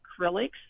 acrylics